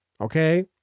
okay